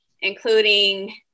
including